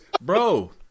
bro